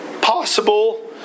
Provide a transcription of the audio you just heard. possible